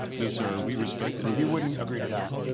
no, sir, we respect. and you wouldn't agree to that.